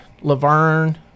Laverne